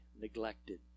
neglected